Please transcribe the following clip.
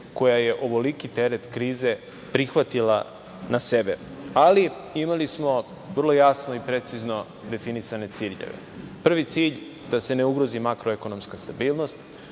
koja je ovoliki teret krize prihvatila na sebe. Ali, imali smo vrlo jasno i precizno definisane ciljeve. Prvi cilj da se ne ugrozi makroekonomska stabilnost,